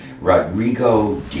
Rodrigo